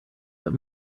that